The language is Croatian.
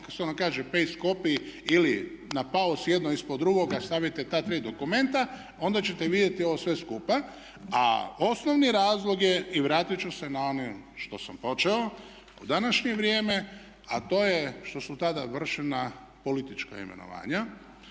na …/Govornik se ne razumije./… jedno ispod drugoga stavite ta tri dokumenta onda ćete vidjeti ovo sve skupa, a osnovni razlog je i vratit ću se na ono s čim sam počeo u današnje vrijeme a to je što su tada vršena politička imenovanja.